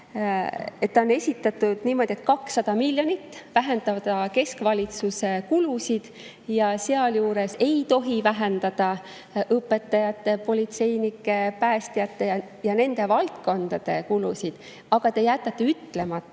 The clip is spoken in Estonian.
on esitatud niimoodi, et 200 miljonit tuleb vähendada keskvalitsuse kulusid ja sealjuures ei tohi vähendada õpetajate, politseinike, päästjate ja nende valdkondade kulusid. Aga te jätate ütlemata,